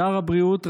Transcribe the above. שר הבריאות,